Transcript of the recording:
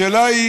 השאלה היא